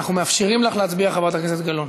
להעביר את הצעת חוק המהנדסים והאדריכלים (תיקון,